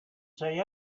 say